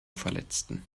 verletzten